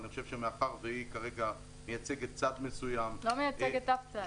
אבל מאחר וכרגע היא מייצגת צד מסוים --- לא מייצגת אף צד.